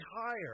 higher